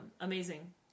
amazing